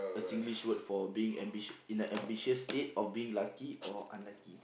a Singlish word for being ambi~ in a ambitious state of being lucky or unlucky